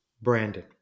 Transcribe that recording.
Brandon